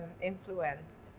influenced